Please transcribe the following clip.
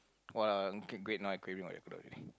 !walao! okay great now I'm craving for oyakodon already